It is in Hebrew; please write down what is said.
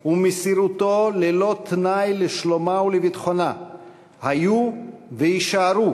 ומסירותו ללא תנאי לשלומה ולביטחונה היו ויישארו